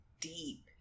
deep